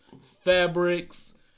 fabrics